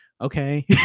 okay